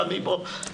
אחד מפה,